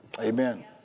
Amen